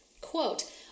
Quote